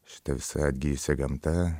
šita visa atgijusia gamta